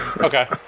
Okay